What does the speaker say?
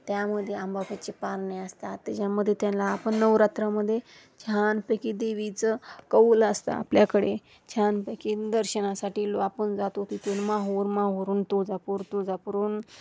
त्यामध्ये आंबाबाईचे पारणे असतात त्याच्यामध्ये त्याला आपण नवरात्रामध्ये छानपैकी देवीचं कौल असतं आपल्याकडे छानपैकी दर्शनासाठी लो आपण जातो तिथून माहूर माहूरहून तुळजापूर तुळजापूरहून